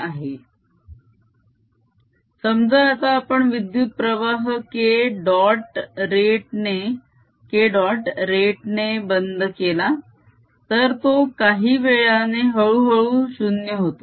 B0K Energy stored length a202K220a20K22 समजा आता आपण विद्युत प्रवाह K डॉट रेट ने बंद केला तर तो काही वेळाने हळू हळू 0 होतो